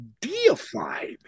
deified